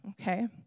okay